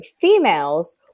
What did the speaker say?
females